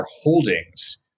holdings